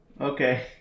Okay